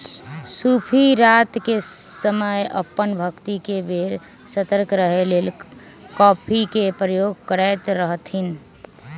सूफी रात के समय अप्पन भक्ति के बेर सतर्क रहे के लेल कॉफ़ी के प्रयोग करैत रहथिन्ह